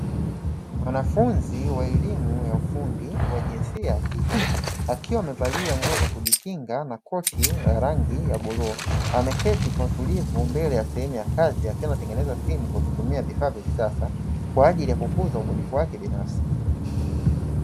Mwanafunzi wa elimu ya ufundi, wa jinsia ya kike akiwa amevalia nguo za kujikinga na koti ya rangi ya bluu. Ameketi kwa utulivu mbele ya sehemu ya kazi akiwa anatengeneza simu kwa kutumia vifaa vya kisasa kwa ajili ya kukuza ubunifu wake binafsi.